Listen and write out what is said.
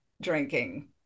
drinking